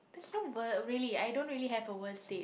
there's no ver~ really I don't really have a worst date